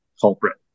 culprit